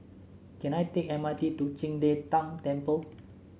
can I take M R T to Qing De Tang Temple